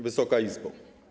Wysoka Izbo!